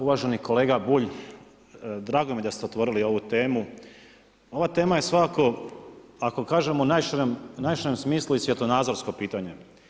Uvaženi kolega Bulj, drago mi je da ste otvorili ovu temu, ova tema je svakako, ako kažemo u najširem smislu i svjetonazorsko pitanje.